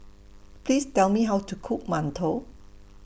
Please Tell Me How to Cook mantou